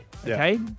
Okay